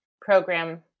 program